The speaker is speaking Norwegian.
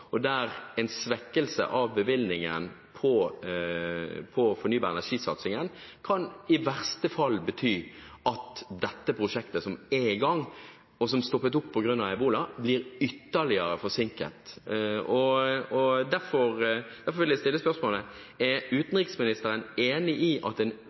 og en svekkelse av bevilgningene til fornybar energi-satsingen kan i verste fall bety at dette prosjektet som er i gang, og som stoppet opp på grunn av ebola, blir ytterligere forsinket. Derfor vil jeg stille spørsmålet: Er utenriksministeren enig i at en